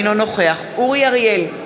אינו נוכח אורי אריאל,